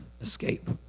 escape